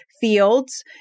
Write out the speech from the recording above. fields